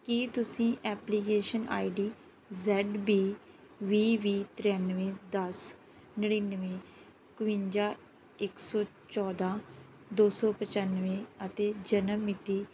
ਕੀ ਤੁਸੀਂ application I D Z B ਵੀਹ ਵੀਹ ਤ੍ਰਿਆਨਵੇਂ ਦਸ ਨੜਿਨਵੇਂ ਇੱਕਵੰਜਾ ਇੱਕ ਸੌ ਚੌਦ੍ਹਾਂ ਦੋ ਸੌ ਪਚਾਨਵੇਂ ਅਤੇ ਜਨਮ ਮਿਤੀ